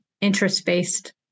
interest-based